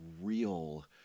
real